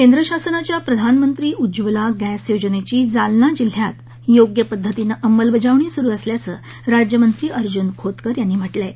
केंद्रशासनाच्या प्रधानमंत्री उज्ज्वला गस्तयोजनेची जालना जिल्ह्यात योग्य पद्धतीनं अमलबजावणी सुरू असल्याचं राज्यमंत्री अर्जुन खोतकर यांनी म्हटलं आहे